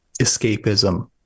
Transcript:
escapism